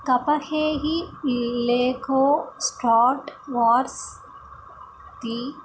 कपहेहि Lego Star Wars इति